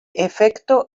efecto